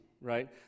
right